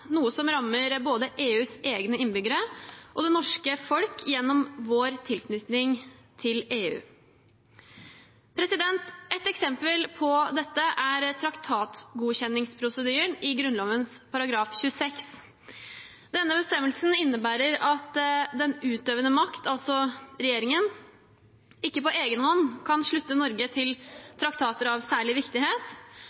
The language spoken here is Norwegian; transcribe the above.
noe som rammer både EUs egne innbyggere og det norske folk gjennom vår tilknytning til EU. Et eksempel på dette er traktatgodkjenningsprosedyren i Grunnloven § 26. Denne bestemmelsen innebærer at den utøvende makt, altså regjeringen, ikke på egen hånd kan slutte Norge til